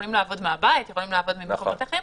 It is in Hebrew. יכולים לעבוד מהבית, יכולים לעבוד ממקומות אחרים.